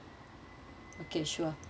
okay sure